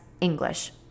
English